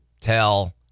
tell